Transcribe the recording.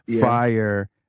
fire